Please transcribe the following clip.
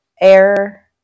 air